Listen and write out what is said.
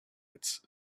its